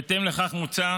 בהתאם לכך, מוצע